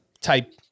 type